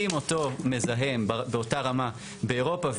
עם אותו מזהם באותה רמה באירופה.